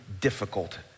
difficult